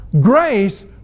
grace